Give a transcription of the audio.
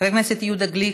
חבר הכנסת יהודה גליק,